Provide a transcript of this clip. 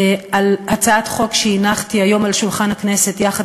על הצעת חוק שהנחתי היום על שולחן הכנסת יחד